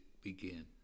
begin